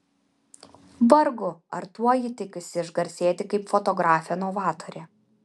vargu ar tuo ji tikisi išgarsėti kaip fotografė novatorė